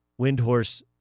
Windhorse